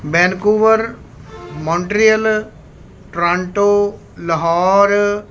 Vancouver Montreal Toronto Lahore